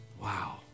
Wow